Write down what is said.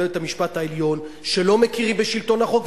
בית-המשפט העליון שלא מכירים בשלטון החוק,